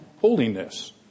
holiness